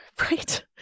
Right